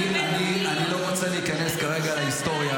אני לא רוצה להיכנס כרגע להיסטוריה